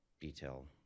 detail